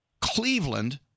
Cleveland